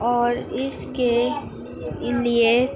اور اس کے لیے